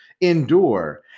Endure